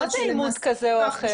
מה זה עימות כזה או אחר?